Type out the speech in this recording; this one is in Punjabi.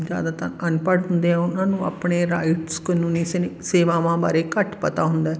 ਜ਼ਿਆਦਾਤਰ ਅਨਪੜ੍ਹ ਹੁੰਦੇ ਆ ਉਹਨਾਂ ਨੂੰ ਆਪਣੇ ਰਾਈਟਸ ਕਾਨੂੰਨੀ ਸੇਨ ਸੇਵਾਵਾਂ ਬਾਰੇ ਘੱਟ ਪਤਾ ਹੁੰਦਾ